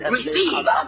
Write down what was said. Receive